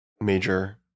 major